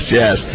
yes